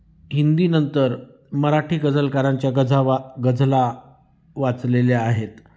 हिंदीनंतर मराठी गजलकारांच्या गजावा गजला वाचलेल्या आहेत